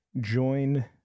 join